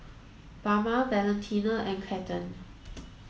Bama Valentina and Cathern